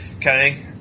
Kenny